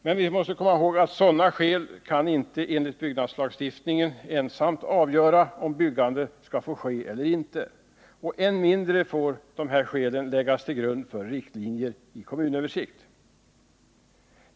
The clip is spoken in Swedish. Men vi måste komma ihåg att enligt byggnadslagstiftningen sådana skäl inte ensamma kan få avgöra om byggande får ske eller inte. Än mindre får dessa skäl läggas till grund för riktlinjer i kommunöversikten.